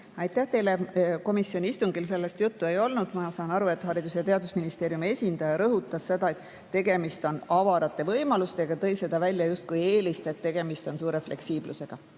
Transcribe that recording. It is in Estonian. Aitäh teile! Komisjoni istungil sellest juttu ei olnud. Ma saan aru, et Haridus‑ ja Teadusministeeriumi esindaja rõhutas seda, et tegemist on avarate võimalustega, tõi seda välja justkui eelist, et tegemist on suure fleksiiblusega.